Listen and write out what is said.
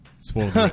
Spoiled